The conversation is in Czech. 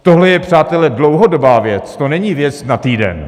Tohle je, přátelé, dlouhodobá věc, to není věc na týden.